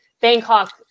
bangkok